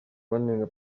banenga